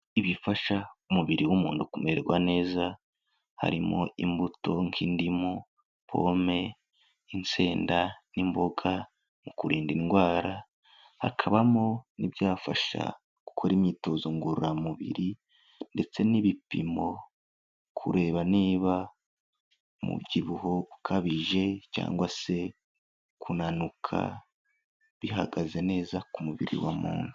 Ibifasha umubiri w'umuntu kumererwa neza harimo imbuto nk'indimu, pome, insenda n'imboga mu kurinda indwara, hakabamo n'ibyafasha gukora imyitozo ngororamubiri ndetse n'ibipimo kureba niba umubyibuho ukabije cyangwa se kunanuka bihagaze neza ku mubiri wa muntu.